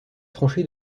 tranchées